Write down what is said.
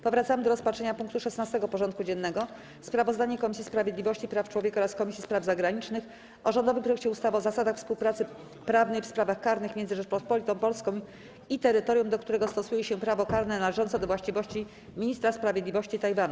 Przystępujemy do rozpatrzenia punktu 16. porządku dziennego: Sprawozdanie Komisji Sprawiedliwości i Praw Człowieka oraz Komisji Spraw Zagranicznych o rządowym projekcie ustawy o zasadach współpracy prawnej w sprawach karnych między Rzecząpospolitą Polską i terytorium, do którego stosuje się prawo karne należące do właściwości Ministra Sprawiedliwości Tajwanu.